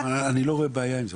אני לא רואה בעיה עם זה.